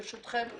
ברשותכם.